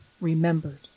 remembered